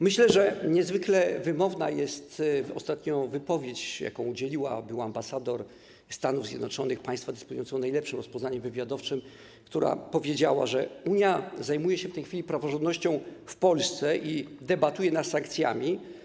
Myślę, że niezwykle wymowna jest ostatnio wypowiedź byłej ambasador Stanów Zjednoczonych, państwa dysponującego najlepszym rozpoznaniem wywiadowczym, która powiedziała: Unia zajmuje się w tej chwili praworządnością w Polsce i debatuje nad sankcjami.